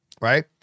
Right